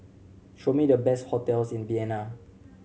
show me the best hotels in Vienna